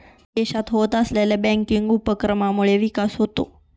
देशात होत असलेल्या बँकिंग उपक्रमांमुळे विकास होतो